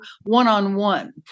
one-on-one